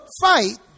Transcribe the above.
fight